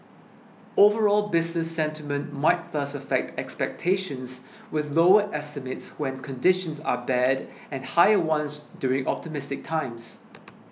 overall business sentiment might thus affect expectations with lower estimates when conditions are bad and higher ones during optimistic times